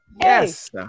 Yes